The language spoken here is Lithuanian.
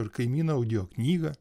ir kaimyno audio knygą